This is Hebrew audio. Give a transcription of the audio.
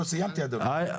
לא סיימתי, אדוני.